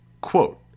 Quote